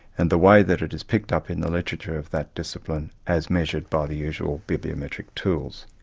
and the way that it is picked up in the literature of that discipline as measured by the usual bibliometric tools.